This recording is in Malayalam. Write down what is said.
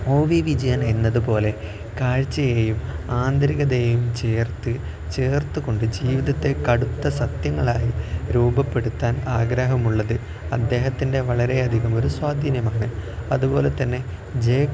ഓ വി വിജയൻ എന്നതുപോലെ കാഴ്ചയെയും ആന്തരികതയെയും ചേർത്ത് ചേർത്തുകൊണ്ട് ജീവിതത്തെ കടുത്ത സത്യങ്ങളായി രൂപപ്പെടുത്താൻ ആഗ്രഹമുള്ളത് അദ്ദേഹത്തിൻ്റെ വളരെയധികം ഒരു സ്വാധീനമാണ് അതുപോലെത്തന്നെ ജെ